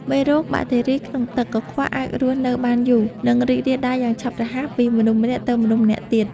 មេរោគបាក់តេរីក្នុងទឹកកខ្វក់អាចរស់នៅបានយូរ និងរីករាលដាលយ៉ាងឆាប់រហ័សពីមនុស្សម្នាក់ទៅមនុស្សម្នាក់ទៀត។